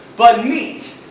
but meat?